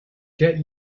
get